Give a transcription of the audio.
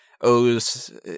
owes